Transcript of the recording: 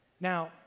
Now